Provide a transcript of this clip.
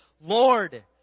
Lord